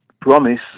promise